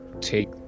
take